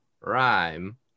Rhyme